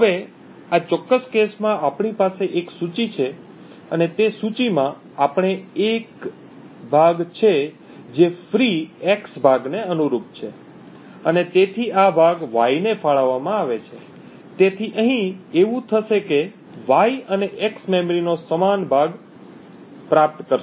હવે આ ચોક્કસ કેસમાં આપણી પાસે એક સૂચિ છે અને તે સૂચિમાં આપણી પાસે એક ભાગ છે જે ફ્રી x ભાગને અનુરૂપ છે અને તેથી આ ભાગ y ને ફાળવવામાં આવે છે તેથી અહીં એવું થશે કે y અને x મેમરીનો સમાન ભાગ પ્રાપ્ત કરશે